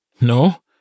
No